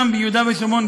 גם ביהודה ושומרון,